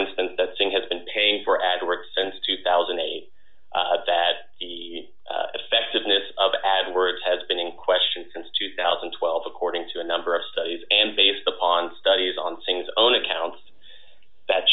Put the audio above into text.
instance the thing has been paying for ad words since two thousand and eight that the effectiveness of ad words has been in question since two thousand and twelve according to a number of studies and based upon studies on singh's own accounts that